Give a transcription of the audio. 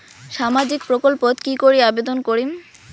সামাজিক প্রকল্পত কি করি আবেদন করিম?